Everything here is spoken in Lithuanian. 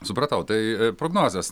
supratau tai prognozės